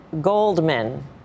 Goldman